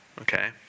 okay